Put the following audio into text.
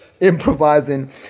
improvising